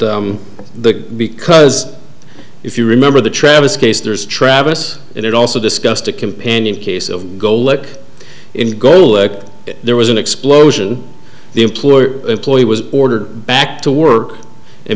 the because if you remember the travis case there's travis and it also discussed a companion case of go look in go look there was an explosion the employer employee was ordered back to work and